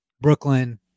brooklyn